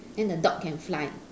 then the dog can fly